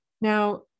Now